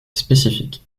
spécifique